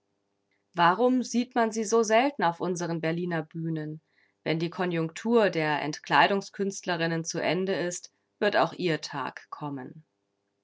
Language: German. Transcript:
warum sieht man sie so selten auf unseren berliner bühnen wenn die konjunktur der entkleidungskünstlerinnen zu ende ist wird auch ihr tag kommen